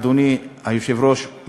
אדוני היושב-ראש,